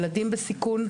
ילדים בסיכון,